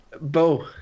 Bo